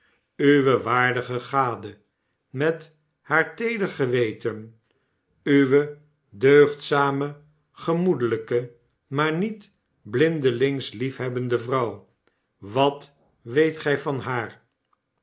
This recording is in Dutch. uwe waardige gade met haar teeder geweten uwe deugdzame gemoedelijke maar niet blindelings lieihebbende vrouw wat weet gij van haar